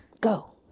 go